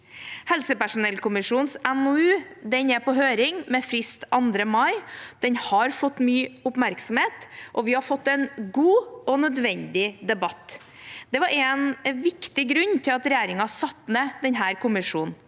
Helsepersonellkommisjonens NOU er på høring med frist 2. mai. Den har fått mye oppmerksomhet, og vi har fått en god og nødvendig debatt. Det var en viktig grunn til at regjeringen satte ned denne kommisjonen.